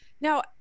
now